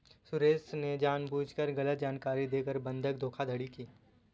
सुरेश ने जानबूझकर गलत जानकारी देकर बंधक धोखाधड़ी की